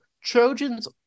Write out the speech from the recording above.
Trojans